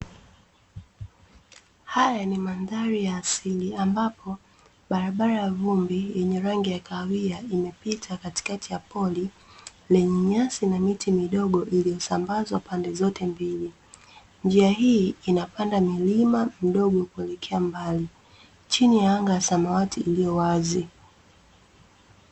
Haya ni mandhari ya asili ambapo barabara ya vumbi yenye rangi ya kahawia imepita katikakati ya pori lenye nyasi na miti midogo iliyosambazwa pande zote mbili. Njia hii inapanda milima mdogo kuelekea mbali chini ya anga ya samawati iliyowazi.